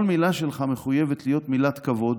כל מילה שלך מחויבת להיות 'מילת כבוד',